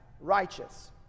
righteous